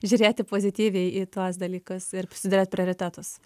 žiūrėti pozityviai į tuos dalykus ir sudėt prioritetus